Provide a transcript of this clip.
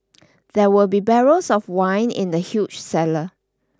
there were be barrels of wine in the huge cellar